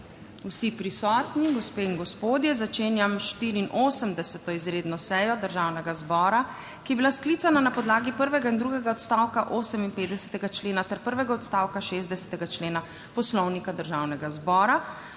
vsi prisotni, gospe in gospodje! Začenjam 84. izredno sejo Državnega zbora, ki je bila sklicana na podlagi prvega in drugega odstavka 58. člena ter prvega odstavka 60. člena Poslovnika Državnega zbora.